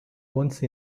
once